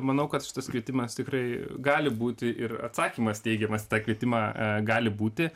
manau kad šitas kritimas tikrai gali būti ir atsakymas teigiamas į tą kritimą gali būti